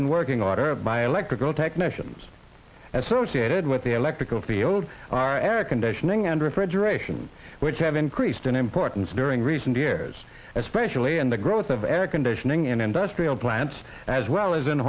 in working order by electrical technicians and so she added with the electrical field or era conditioning and refrigeration which have increased in importance during recent years especially in the growth of air conditioning in industrial plants as well as in